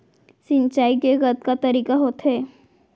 सिंचाई के कतका तरीक़ा होथे?